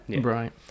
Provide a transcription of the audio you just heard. Right